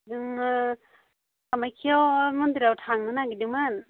जोङो कामाख्या मन्दिराव थांनो नागिरदोंमोन